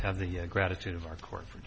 have the gratitude of our court